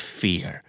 fear